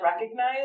recognize